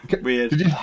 Weird